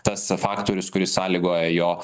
tas faktorius kuris sąlygoja jo